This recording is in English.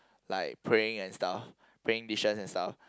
like praying and stuff praying dishes and stuff